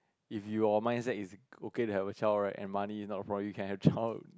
if your mindset is okay to have a child right and money is not a problem you can have child